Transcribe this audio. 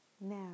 Now